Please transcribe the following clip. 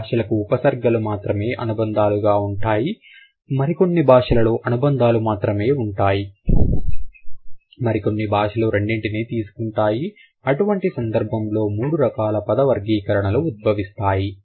కొన్ని భాషలకు ఉపసర్గలు మాత్రమే అనుబంధాలుగా ఉంటాయి మరికొన్ని భాషలలోను అనుబంధాలు మాత్రమే ఉంటాయి మరి కొన్ని భాషలు రెండిటినీ తీసుకుంటాయి అటువంటి సందర్భంలో మూడు రకాల పద వర్గీకరణలు ఉద్భవిస్తాయి